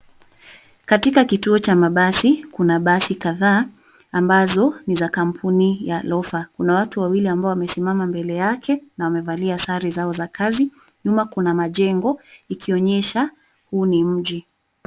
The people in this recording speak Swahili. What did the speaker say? Katika kituo cha mabasi, kuna basi kadhaa ambazo ni za kampuni ya Lopha . Kuna watu wawili ambao wamesimama mbele yake, na wamevalia sare zao za kazi. Nyuma kuna majengo ikionyesha huu ni mji.